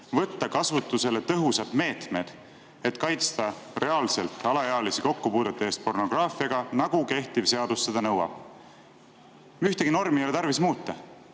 võtta kasutusele tõhusad meetmed, et kaitsta reaalselt alaealisi kokkupuudete eest pornograafiaga, nagu kehtiv seadus seda nõuab." Ühtegi normi ei ole tarvis muuta.